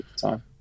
time